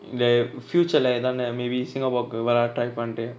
இந்த:intha future lah எதான:ethana maybe singapore கு வர:ku vara try பண்ரியா:panriya